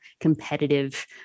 competitive